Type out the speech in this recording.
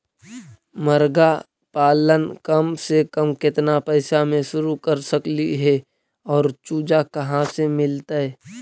मरगा पालन कम से कम केतना पैसा में शुरू कर सकली हे और चुजा कहा से मिलतै?